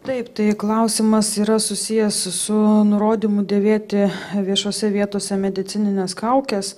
taip tai klausimas yra susijęs su nurodymu dėvėti viešose vietose medicinines kaukes